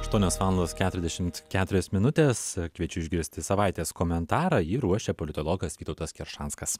aštuonios valandos keturiasdešimt keturios minutės kviečiu išgirsti savaitės komentarą jį ruošia politologas vytautas keršanskas